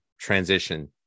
transition